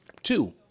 Two